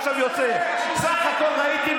נבצע זאת" השר אלקין,